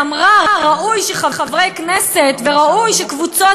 ואמרה: ראוי שחברי כנסת וראוי שקבוצות